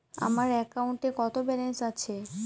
আমার অ্যাকাউন্টে কত ব্যালেন্স আছে?